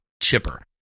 chipper